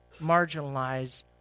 marginalize